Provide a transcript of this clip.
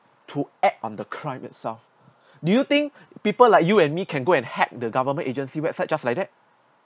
to act on the crime itself do you think people like you and me can go and hack the government agency website just like that